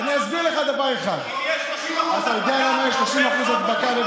לגבי אחוזי הנדבקים,